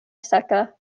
seka